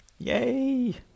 Yay